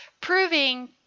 proving